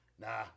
Nah